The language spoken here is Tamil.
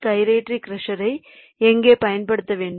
கைரேட்டரி க்ரஷரை எங்கே பயன்படுத்த வேண்டும்